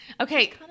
Okay